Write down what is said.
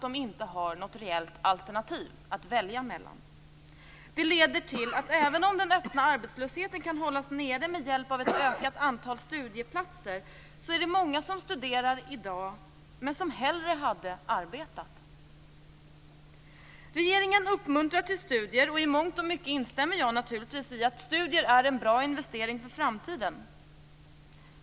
De har inte några reella alternativ att välja mellan. Det leder till att även om den öppna arbetslösheten kan hållas nere med hjälp av ett ökat antal studieplatser är det många som studerar i dag som hellre hade arbetat. Regeringen uppmuntrar till studier, och i mångt och mycket instämmer jag naturligtvis i att studier är en bra investering för framtiden.